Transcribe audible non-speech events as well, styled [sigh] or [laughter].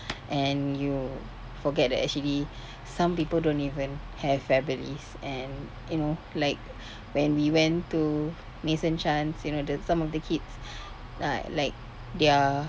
and you forget that actually some people don't even have families and you know like when we went to maison chance you know the some of the kids [breath] uh like their